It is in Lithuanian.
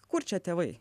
kur čia tėvai